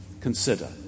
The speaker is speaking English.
consider